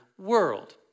world